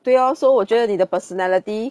对 lor 所以我觉得你的 personality